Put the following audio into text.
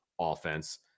offense